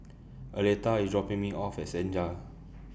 Aleta IS dropping Me off At Senja